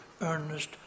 earnest